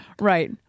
Right